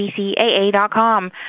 bcaa.com